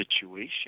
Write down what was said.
situation